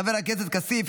חבר הכנסת לוי,